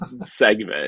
segment